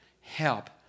help